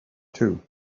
too